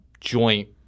joint